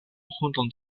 hundon